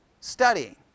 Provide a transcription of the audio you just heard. studying